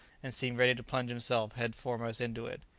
and seemed ready to plunge himself head foremost into it.